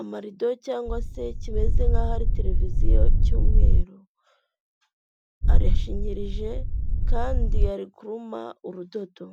amarido cyangwa se kimeze nkaho ari tereviziyo cy'umweru, arashinyirije kandi ari kuruma urudodo.